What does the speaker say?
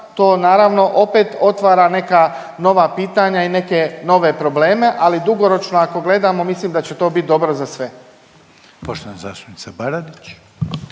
to naravno opet otvara neka nova pitanja i neke nove probleme, ali dugoročno ako gledamo mislim da će to bit dobro za sve. **Reiner,